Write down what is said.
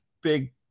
big